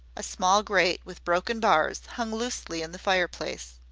a small grate with broken bars hung loosely in the fireplace,